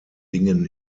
dingen